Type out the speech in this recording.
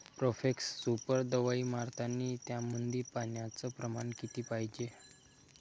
Profex super दवाई मारतानी त्यामंदी पान्याचं प्रमाण किती पायजे?